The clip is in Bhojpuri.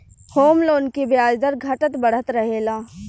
होम लोन के ब्याज दर घटत बढ़त रहेला